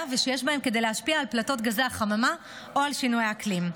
שיש בהן כדי להשפיע על פליטות גזי החממה או על שינויי אקלים.